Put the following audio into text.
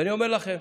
ואני אומר לכם,